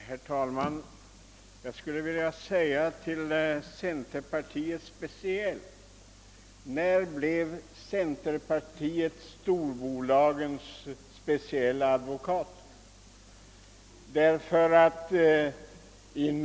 Herr talman! Jag skulle vilja fråga, när centerpartiet blev storbolagens speciella advokat.